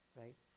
right